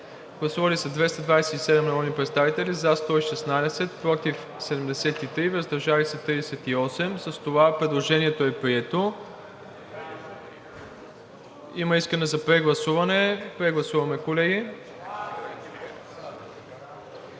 Гласували 227 народни представители: за 116, против 73, въздържали се 38. Предложението е прието. Има искане за прегласуване. Колеги,